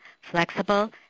flexible